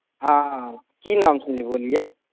हॅं की नामसॅं बोलिये